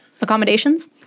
accommodations